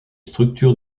structures